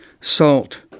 salt